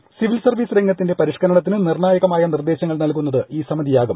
ന്തിവിൽ service രംഗത്തിന്റെ പരിഷ് കരണത്തിന് നിർണായകമായ നിർദ്ദേശങ്ങൾ നൽകുന്നത് ഈ സമിതിയാകും